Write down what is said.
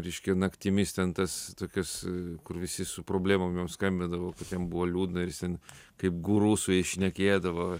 reiškia naktimis ten tas tokias kur visi su problemom jam skambindavo jam buvo liūdna ir jis ten kaip guru su jais šnekėdavo